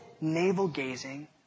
navel-gazing